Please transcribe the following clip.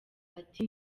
ati